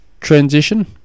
transition